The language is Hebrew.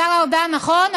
השר ארדן, נכון?